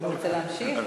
הוא רוצה להמשיך?